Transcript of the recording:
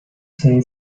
sede